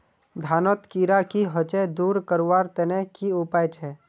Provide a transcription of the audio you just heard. धानोत कीड़ा की होचे दूर करवार तने की उपाय छे?